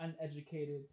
uneducated